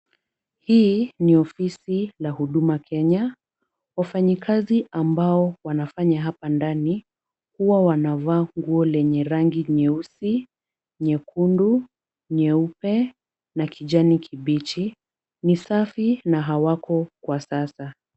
Hii ni ofisi la Huduma Kenya. Wafanyikazi ambao wanafanya hapa ndani huwa wanavaa nguo lenye rangi nyeusi, nyekundu, nyeupe na kijani kibichi. Ni safi na hawako kwa sasa.